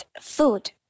food